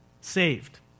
saved